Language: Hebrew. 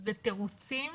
זה תירוצים